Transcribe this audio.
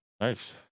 Nice